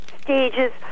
stages